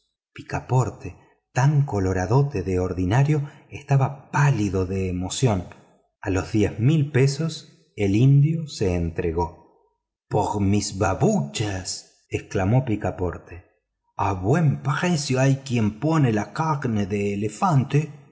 picaporte tan coloradote de ordinario estaba pálido de emoción a las dos mil libras el indio se entregó por mis babuchas exclamó picaporte a buen precio hay quien pone la carne de elefante